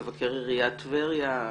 מבקר עיריית טבריה,